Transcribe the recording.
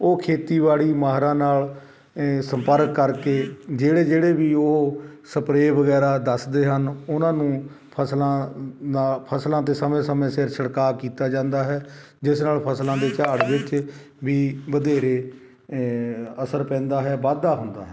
ਉਹ ਖੇਤੀਬਾੜੀ ਮਾਹਰਾਂ ਨਾਲ ਸੰਪਰਕ ਕਰਕੇ ਜਿਹੜੇ ਜਿਹੜੇ ਵੀ ਉਹ ਸਪਰੇਅ ਵਗੈਰਾ ਦੱਸਦੇ ਹਨ ਉਹਨਾਂ ਨੂੰ ਫਸਲਾਂ ਨਾ ਫਸਲਾਂ 'ਤੇ ਸਮੇਂ ਸਮੇਂ ਸਿਰ ਛੜਕਾ ਕੀਤਾ ਜਾਂਦਾ ਹੈ ਜਿਸ ਨਾਲ ਫਸਲਾਂ ਦੇ ਝਾੜ ਵਿੱਚ ਵੀ ਵਧੇਰੇ ਅਸਰ ਪੈਂਦਾ ਹੈ ਵਾਧਾ ਹੁੰਦਾ ਹੈ